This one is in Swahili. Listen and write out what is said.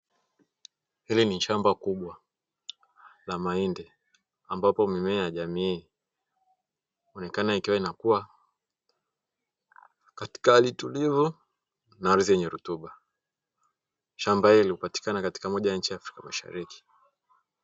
Hili ni shamba kubwa la mahindi ambapo mimea ya jamii hii huonekana ikiwa inakuwa katika hali tulivu na ardhi yenye rutuba, shamba hili hupatikana katika nchi moja ya afrika mashariki.